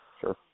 Sure